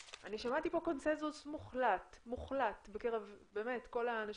אני שמעתי פה קונצנזוס מוחלט בקרב כל האנשים.